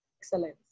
excellence